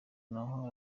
naho